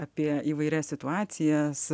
apie įvairias situacijas